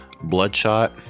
Bloodshot